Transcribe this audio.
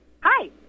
Hi